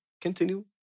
continue